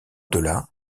delà